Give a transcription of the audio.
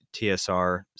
TSR